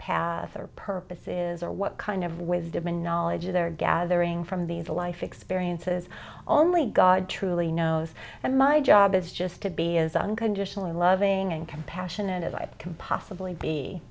path or purpose is or what kind of wisdom and knowledge they're gathering from these the life experiences only god truly knows and my job is just to be as unconditionally loving and compassionate as i can possibly